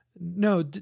no